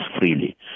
freely